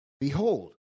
Behold